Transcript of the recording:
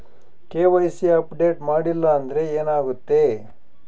KYC update ಮಾಡಿಲ್ಲ ಅಂದ್ರೆ ಏನಾಗುತ್ತೆ?